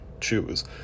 choose